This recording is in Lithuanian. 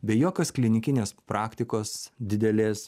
be jokios klinikinės praktikos didelės